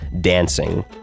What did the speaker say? dancing